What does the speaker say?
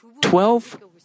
Twelve